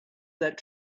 that